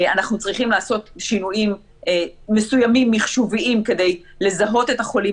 אנחנו צריכים לעשות שינויים מסוימים מחשוביים כדי לזהות את החולים